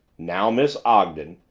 now, miss ogden,